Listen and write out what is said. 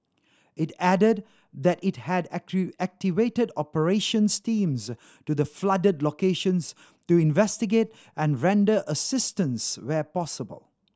it added that it had activated operations teams to the flooded locations to investigate and render assistance where possible